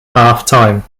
halftime